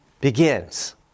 begins